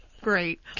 great